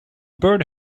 bird